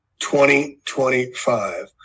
2025